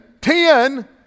Ten